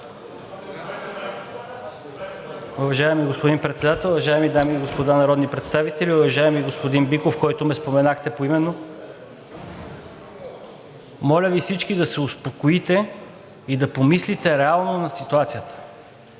Уважаеми господин Председател, уважаеми дами и господа народни представители! Уважаеми господин Биков, който ме споменахте поименно! Моля Ви всички да се успокоите и да помислите реално над ситуацията.